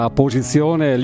posizione